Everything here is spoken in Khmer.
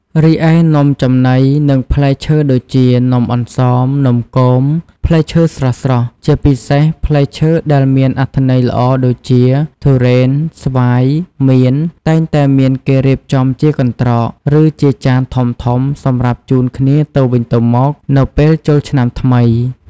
រីឯនំចំណី និងផ្លែឈើដូចជា នំអន្សម នំគម ផ្លែឈើស្រស់ៗ ជាពិសេសផ្លែឈើដែលមានអត្ថន័យល្អដូចជា ទុរេន ស្វាយ មៀន តែងតែមានគេរៀបចំជាកន្ត្រក ឬជាចានធំៗសម្រាប់ជូនគ្នាទៅវិញទៅមកនៅពេលចូលឆ្នាំថ្មី។